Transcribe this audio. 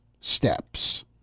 steps